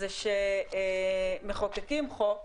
מחוקקים חוק,